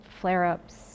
flare-ups